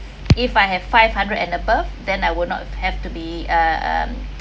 if I have five hundred and above then I would not have to be uh um